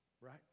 right